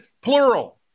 plural